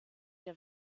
der